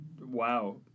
Wow